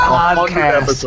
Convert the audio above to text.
podcast